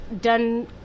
done